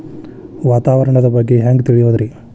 ವಾತಾವರಣದ ಬಗ್ಗೆ ಹ್ಯಾಂಗ್ ತಿಳಿಯೋದ್ರಿ?